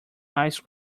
ice